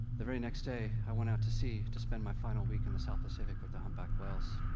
the very next day, i went out to sea, to spend my final week in the south pacific with the humpback whales.